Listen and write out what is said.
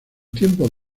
tiempos